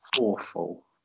awful